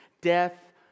Death